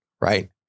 right